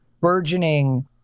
burgeoning